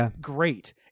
great